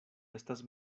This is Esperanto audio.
estas